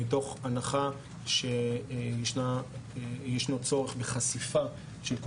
מתוך הנחה שישנו צורך בחשיפה של כל